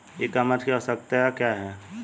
ई कॉमर्स की आवशयक्ता क्या है?